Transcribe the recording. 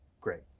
great